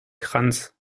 kranz